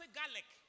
garlic